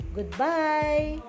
Goodbye